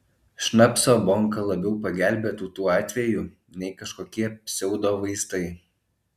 šnapso bonka labiau pagelbėtų tuo atveju nei kažkokie pseudovaistai